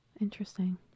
interesting